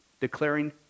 declaring